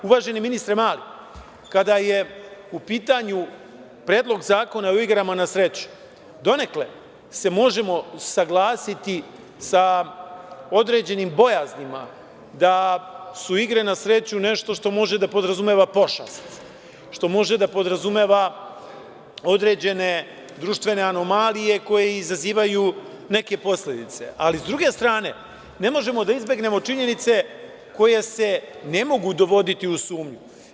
Uvaženi ministre Mali, kada je u pitanju Predlog zakona o igrama na sreću, donekle se možemo saglasiti sa određenim bojaznima da su igre na sreću nešto što može da podrazumeva pošast, što može da podrazumeva određene društvene anomalije koje izazivaju neke posledice, ali s druge strane ne možemo da izbegnemo činjenice koje se ne mogu dovoditi u sumnju.